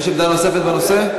יש עמדה נוספת בנושא?